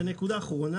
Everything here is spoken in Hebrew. נקודה אחרונה.